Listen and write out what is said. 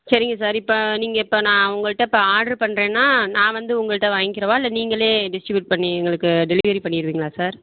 சரிங்க சார் இப்போ நீங்கள் இப்போ நான் உங்கள்ட்ட இப்போ ஆட்ரு பண்ணுறேன்னா நான் வந்து உங்கள்ட்ட வாங்கிக்கிவா இல்லை நீங்களே டிஸ்டிபியூட் பண்ணி எங்களுக்கு டெலிவரி பண்ணிடுவீங்களா சார்